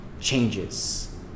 changes